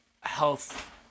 health